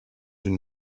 une